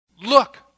Look